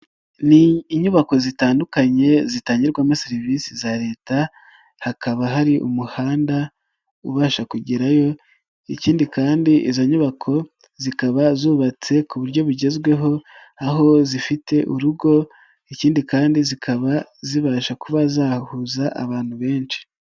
Ni inyubako zitandukanye zitangirwamo serivisi za Leta, hakaba hari umuhanda ubasha kugerayo, ikindi kandi izo nyubako zikaba zubatse ku buryo bugezweho, aho zifite urugo, ikindi kandi zikaba zibasha kuba zahuza abantu benshi.